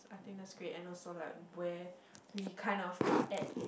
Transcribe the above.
I think that's great and also like where we kind of are add